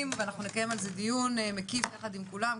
ואנחנו נקיים על זה דיון מקיף ביחד עם כולם,